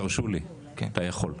תרשו לי אתה יכול.